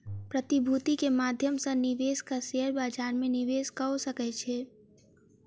प्रतिभूति के माध्यम सॅ निवेशक शेयर बजार में निवेश कअ सकै छै